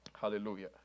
Hallelujah